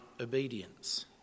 obedience